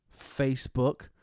Facebook